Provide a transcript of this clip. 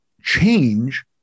change